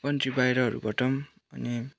country बाहिरहरूबाट पनि अनि